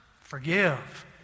forgive